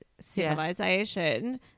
civilization